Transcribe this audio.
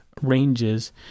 ranges